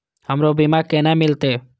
हमरो बीमा केना मिलते?